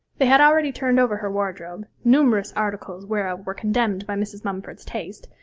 they had already turned over her wardrobe, numerous articles whereof were condemned by mrs. mumford's taste,